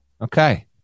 Okay